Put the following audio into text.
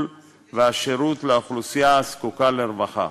והשירות לאוכלוסייה הזקוקה לרווחה.